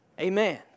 Amen